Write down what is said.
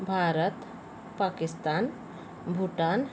Bharat Pakistan Bhutan